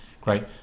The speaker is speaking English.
Great